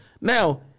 Now